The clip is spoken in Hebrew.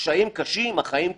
הקשיים קשים, החיים קשים,